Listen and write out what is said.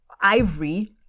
ivory